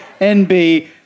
NB